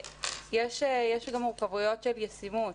יש גם מורכבויות של ישימות,